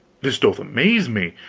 this doth amaze me!